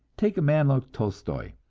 take a man like tolstoi,